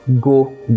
go